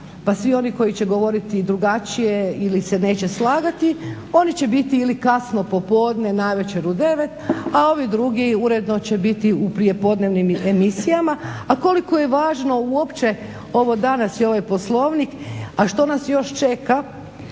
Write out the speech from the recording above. pa svi oni koji će govoriti drugačije ili se neće slagati oni će biti ili kasno popodne ili navečer u 9, a ovi drugi će uredno će biti u prijepodnevnim emisijama. A koliko je važno uopće ovo danas i ovaj Poslovnik a što nas još čeka